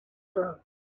grow